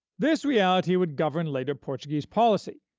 this reality would govern later portuguese policy,